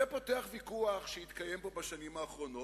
זה פותח ויכוח שהתקיים כאן בשנים האחרונות,